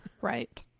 Right